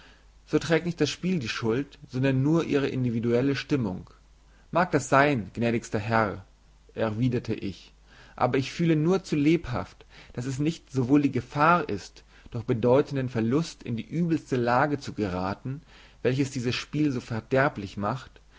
so trägt nicht das spiel die schuld sondern nur ihre individuelle stimmung mag das sein gnädigster herr erwiderte ich aber ich fühle nur zu lebhaft daß es nicht sowohl die gefahr ist durch bedeutenden verlust in die übelste lage zu geraten welche dieses spiel so verderblich macht